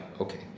Okay